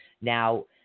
Now